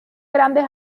grandes